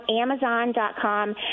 Amazon.com